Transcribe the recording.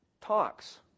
talks